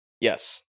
Yes